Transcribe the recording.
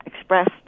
expressed